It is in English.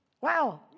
Wow